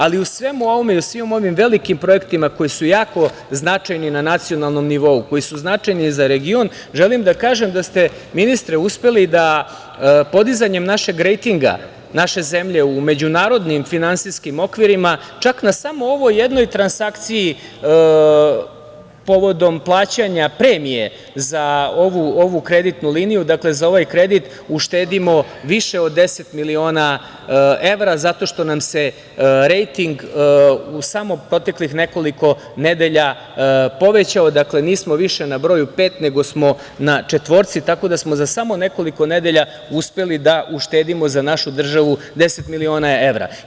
Ali, u svemu ovome i u svim ovim velikim projektima koji su jako značajni na nacionalnom nivou, koji su značajni za region, želim da kažem da ste, ministre, uspeli da podizanjem rejtinga naše zemlje u međunarodnim finansijskim okvirima čak na samo ovoj jednoj transakciji povodom plaćanja premije za ovu kreditnu liniju, dakle za ovaj kredit, uštedimo više od 10 miliona evra, zato što nam se rejting u samo proteklih nekoliko nedelja povećao, nismo više na broju pet nego smo na četvorci, tako da smo za samo nekoliko nedelja uspeli da uštedimo za našu državu 10 miliona evra.